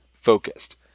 focused